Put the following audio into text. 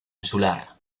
insular